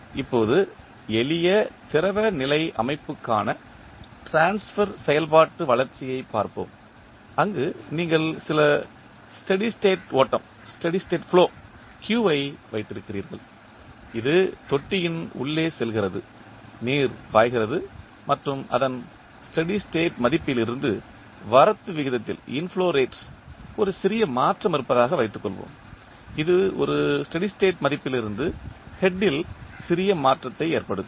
இப்போது எளிய திரவ நிலை அமைப்புக்கான டிரான்ஸ்பர் செயல்பாட்டு வளர்ச்சியைப் பார்ப்போம் அங்கு நீங்கள் சில ஸ்டெடி ஸ்டேட் ஓட்டம் Q ஐ வைத்திருக்கிறீர்கள் இது தொட்டியின் உள்ளே செல்கிறது நீர் பாய்கிறது மற்றும் அதன் ஸ்டெடி ஸ்டேட் மதிப்பிலிருந்து வரத்து விகிதத்தில் ஒரு சிறிய மாற்றம் இருப்பதாக வைத்துக் கொள்வோம் இது ஒரு ஸ்டெடி ஸ்டேட் மதிப்பிலிருந்து ஹெட் ல் சிறிய மாற்றத்தை ஏற்படுத்தும்